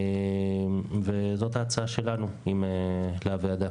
וזאת ההצעה שלנו לוועדה.